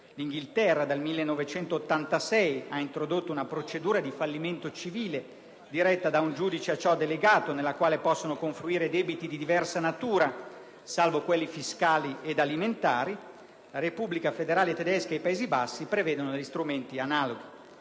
l'Inghilterra dal 1986 ha introdotto una procedura di fallimento civile, diretta da un giudice a ciò delegato, nella quale possono confluire debiti di diversa natura, salvo quelli fiscali ed alimentari; la Repubblica federale tedesca e i Paesi Bassi prevedono strumenti analoghi.